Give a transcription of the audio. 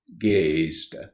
gazed